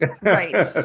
Right